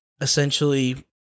essentially